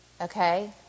Okay